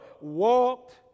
walked